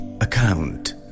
account